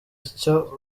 icyo